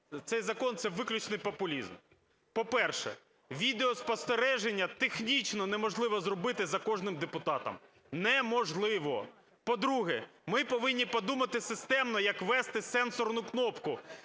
Цей закон – це виключний популізм. По-перше, відеоспостереження технічно неможливо зробити за кожним депутатом. Неможливо! По-друге, ми повинні подумати системно, як ввести сенсорну кнопку.